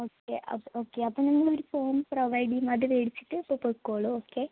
okay അപ്പോൾ okay അപ്പോൾ നമ്മളോരു ഫോം പ്രൊവൈഡ് ചെയ്യും അതു മേടിച്ചിട്ട് ഇപ്പോൾ പൊയ്ക്കോളൂ ഓക്കെ